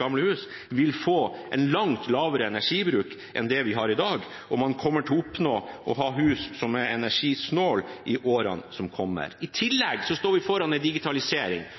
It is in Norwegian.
gamle hus – vil få en langt lavere energibruk enn det de har i dag, og man kommer til å oppnå å ha hus som er «energisnåle» i årene som kommer. I